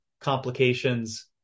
complications